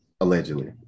allegedly